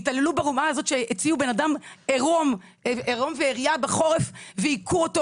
התעללו ברמה כזאת שהוציאו בן אדם עירום ועריה בחורף והיכו אותו.